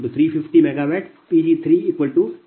21 MW Pg2350 MW Pg3228